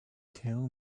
tell